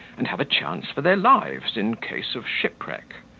and have a chance for their lives, in case of shipwreck.